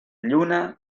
lluna